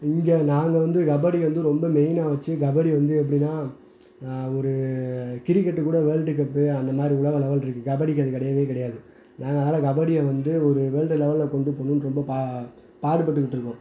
இங்கே நாங்கள் வந்து கபடி வந்து ரொம்ப மெயினாக வச்சு கபடி வந்து எப்படின்னா ஒரு கிரிக்கெட்டு கூட வேல்டு கப்பு அந்த மாதிரி உலக அளவில் இருக்குது கபடிக்கு அது கிடையவே கிடையாது நாங்கள் அதனால் கபடியை வந்து ஒரு வேல்டு லெவலில் கொண்டுப் போகணும் ரொம்ப பா பாடுபட்டுக்கிட்டு இருக்கோம்